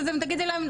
אז תגידי להם,